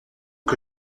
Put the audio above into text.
que